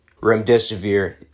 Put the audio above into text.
Remdesivir